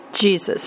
Jesus